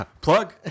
plug